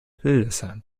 hildesheim